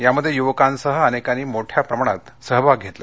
यामध्ये युवकांसह अनेकांनी मोठ्या प्रमाणात सहभाग घेतला